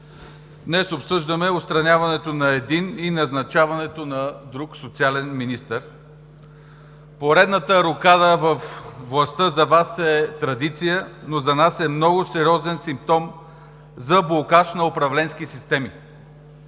Днес обсъждаме отстраняването на един и назначаването на друг социален министър. Поредната рокада във властта за Вас е традиция, но за нас е много сериозен симптом за блокаж на управленските системи.